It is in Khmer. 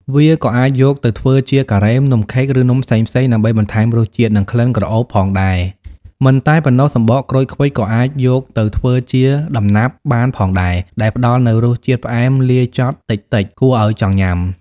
វាក៏អាចយកទៅធ្វើជា ការ៉េម នំខេក ឬនំផ្សេងៗ ដើម្បីបន្ថែមរសជាតិ និងក្លិនក្រអូបផងដែរ។